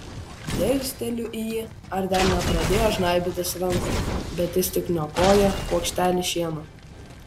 dirsteliu į jį ar dar nepradėjo žnaibytis rankų bet jis tik niokoja kuokštelį šieno